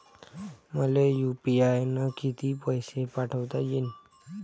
मले यू.पी.आय न किती पैसा पाठवता येईन?